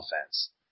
offense